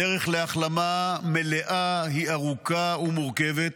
הדרך להחלמה מלאה היא ארוכה ומורכבת,